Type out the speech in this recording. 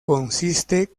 consiste